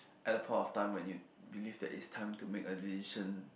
at the point of time when you believe that it's time to make a decision